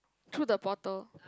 threw the bottle